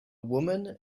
woman